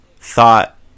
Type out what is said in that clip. thought